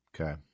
okay